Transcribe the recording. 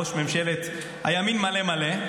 ראש ממשלת הימין מלא מלא,